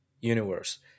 universe